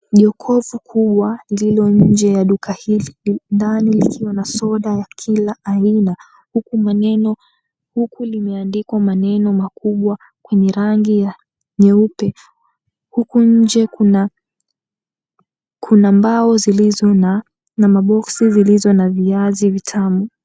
Jokofu kubwa, lililo nje ya duka hili. Ndani likiwa na soda ya kila aina. Huku limeandikwa maneno makubwa kwenye rangi ya nyeupe. Huku nje kuna mbao zilizo na maboksi, zilizo na viazi vitamu.